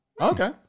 Okay